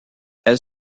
elle